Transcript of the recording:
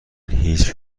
هیچ